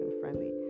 friendly